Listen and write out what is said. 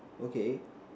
okay